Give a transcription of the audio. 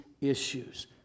issues